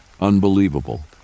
Unbelievable